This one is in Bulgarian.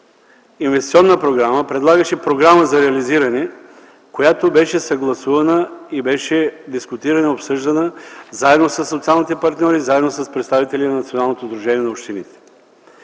инвестиционна програма, предлагаше програма за реализиране, която беше съгласувана и обсъждана заедно със социалните партньори, заедно с представители на Националното сдружение на общините.